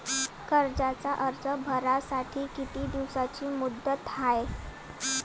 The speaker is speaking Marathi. कर्जाचा अर्ज भरासाठी किती दिसाची मुदत हाय?